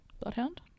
Bloodhound